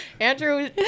Andrew